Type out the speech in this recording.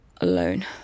Alone